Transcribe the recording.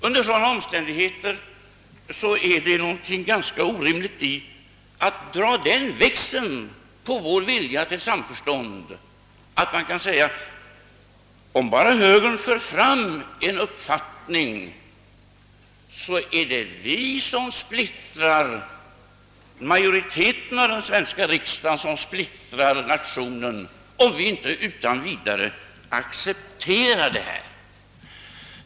Under sådana förhållanden ligger det något orimligt i att dra den växel på vår vilja till samförstånd att man kan göra gällande att om högern bara för fram en uppfattning, så är det vi — majoriteten av den svenska riksdagen — som splittrar nationen, då vi inte utan vidare accepterar högerns uppfattning.